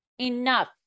enough